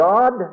God